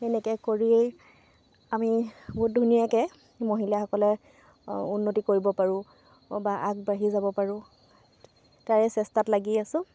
এনেকৈ কৰিয়েই আমি বহুত ধুনীয়াকৈ মহিলাসকলে উন্নতি কৰিব পাৰোঁ বা আগবাঢ়ি যাব পাৰোঁ তাৰে চেষ্টাত লাগি আছো